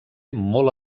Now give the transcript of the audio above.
molt